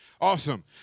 Awesome